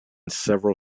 several